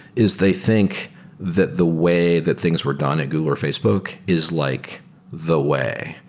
is they think that the way that things were done at google or facebook is like the way,